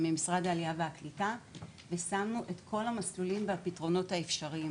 עם משרד העלייה והקליטה ושמנו את כל המסלולים והפתרונות האפשריים,